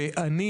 איך